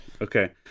Okay